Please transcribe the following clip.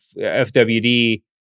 FWD